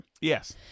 Yes